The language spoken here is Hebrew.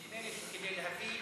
נדמה לי שכדי להביא